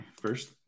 first